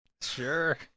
sure